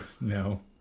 No